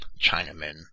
Chinamen